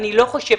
אני לא חושבת